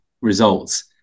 results